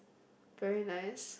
very nice